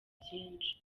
byinshi